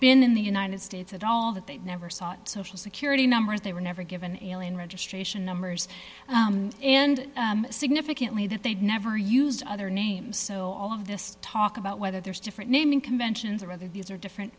been in the united states at all that they never sought social security numbers they were never given alien registration numbers and significantly that they'd never used other names so all of this talk about whether there's different naming conventions or whether these are different